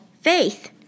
faith